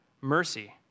Mercy